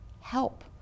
help